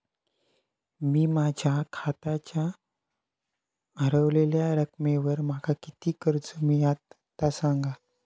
मी माझ्या खात्याच्या ऱ्हवलेल्या रकमेवर माका किती कर्ज मिळात ता सांगा?